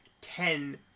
ten